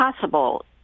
possible